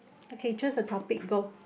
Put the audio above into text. okay choose the topic go